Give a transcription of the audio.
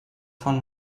von